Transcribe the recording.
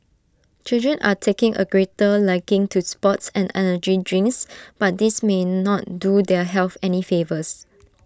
children are taking A greater liking to sports and energy drinks but these may not do their health any favours